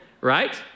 Right